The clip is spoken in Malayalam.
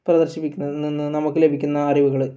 പ്രദർശിപ്പിക്കുന്നതിൽ നിന്ന് നമുക്ക് ലഭിക്കുന്ന അറിവുകൾ